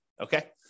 okay